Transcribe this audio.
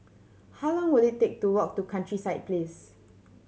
how long will it take to walk to Countryside Place